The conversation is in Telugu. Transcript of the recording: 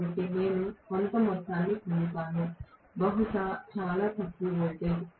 కాబట్టి నేను కొంత మొత్తాన్ని పొందుతాను బహుశా చాలా తక్కువ వోల్టేజ్